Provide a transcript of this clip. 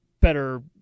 better